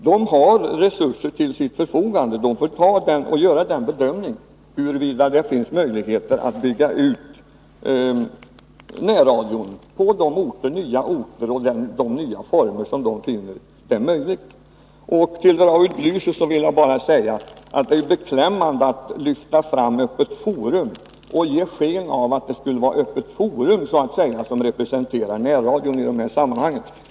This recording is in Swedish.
Den har resurser till sitt förfogande och får bedöma huruvida det finns möjligheter att bygga ut närradion på nya orter och i nya former. Det är vidare beklämmande, Raul Blächer, att lyfta fram programmet Öppet Forum och ge sken av att det skulle vara representativt för närradion.